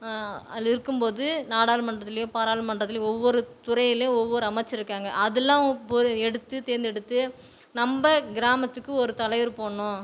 அதில் இருக்கும் போது நாடாளுமன்றத்துலேயோ பாராளுமன்றத்துலேயோ ஒவ்வொரு துறையிலேயும் ஒவ்வொரு அமைச்சர் இருக்காங்க அதெல்லாம் இப்போ ஒரு எடுத்து தேர்ந்தெடுத்து நம்ம கிராமத்துக்கு ஒரு தலைவர் போடணும்